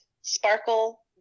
sparkle